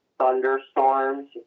thunderstorms